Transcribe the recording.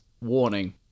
warning